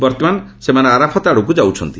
ବର୍ତ୍ତମାନ ସେମାନେ ଆରାଫତ୍ ଆଡ଼କୁ ଯାଉଛନ୍ତି